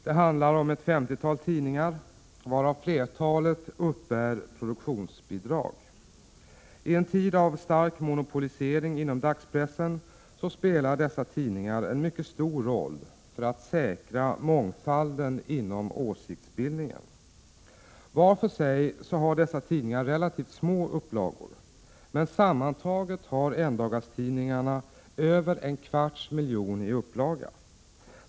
Det handlar om ett femtiotal tidningar, varav flertalet uppbär produktionsbidrag. I en tid av stark monopolisering inom dagspressen spelar dessa tidningar en mycket stor roll för att säkra mångfalden inom åsiktsbildningen. Var för sig har dessa tidningar relativt små upplagor, men sammantaget har endagstidningarna över en kvarts miljon i upplaga.